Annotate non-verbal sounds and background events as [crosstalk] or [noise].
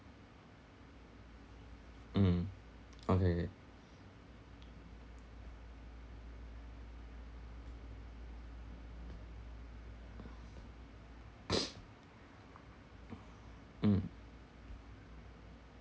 mm okay kay [breath] mm